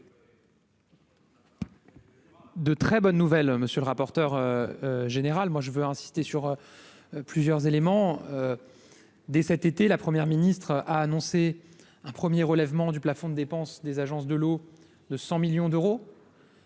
De très bonne nouvelle, monsieur le rapporteur général, moi je veux insister sur plusieurs éléments dès cet été, la première ministre a annoncé un 1er relèvement du plafond de dépenses des agences de l'eau de 100 millions d'euros.